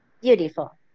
beautiful